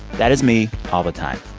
that is me all the time.